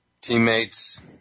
teammates